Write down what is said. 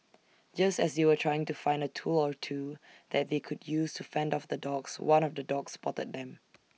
just as they were trying to find A tool or two that they could use to fend off the dogs one of the dogs spotted them